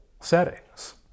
settings